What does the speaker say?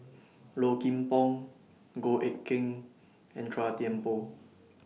Low Kim Pong Goh Eck Kheng and Chua Thian Poh